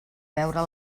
veure